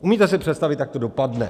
Umíte si představit, jak to dopadne?